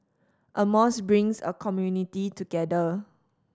a mosque brings a community together